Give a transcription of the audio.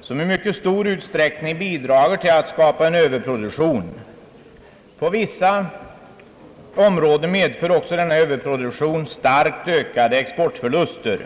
som i mycket stor utsträckning bidrar till att skapa en överproduktion. På vissa områden medför denna överproduktion också starkt ökade exportförluster.